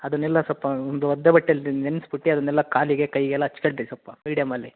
ಅದನ್ನೆಲ್ಲ ಸೊಲ್ಪ ಒಂದು ಒದ್ದೆ ಬಟ್ಟೆಯಲ್ಲಿ ನೆನ್ಸ್ಬಿಟ್ಟು ಅದನ್ನೆಲ್ಲ ಕಾಲಿಗೆ ಕೈಗೆಲ್ಲ ಹಚ್ಕಂಡ್ರಿ ಸೊಲ್ಪ ಮೀಡ್ಯಮಲ್ಲಿ